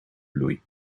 bloei